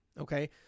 Okay